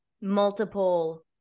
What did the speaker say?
multiple